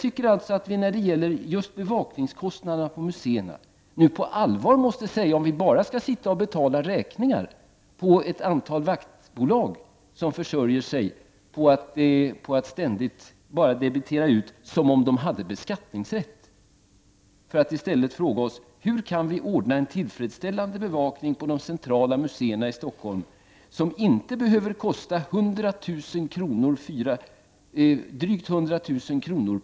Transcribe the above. När det gäller just kostnaderna för bevakning av museerna tycker jag alltså att vi på allvar måste säga om vi bara skall sitta och betala räkningar till en antal vaktbolag som försörjer sig på att ständigt bara debitera ut, som om de hade beskattningsrätt. Vi måste i stället fråga oss: Hur kan vi ordna en tillfredsställande bevakning på de centrala museerna i Stockholm som inte behöver kosta 100 000 kr.